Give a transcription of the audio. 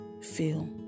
feel